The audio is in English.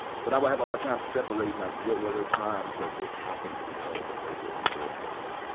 but i would have a hard time separating like what were the times that this happened because of racism or for some,